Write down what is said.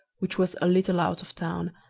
which was a little out of town,